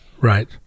Right